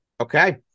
Okay